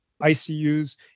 ICUs